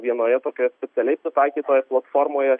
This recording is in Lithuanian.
vienoje tokioje specialiai pritaikytoje platformoje